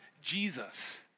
Jesus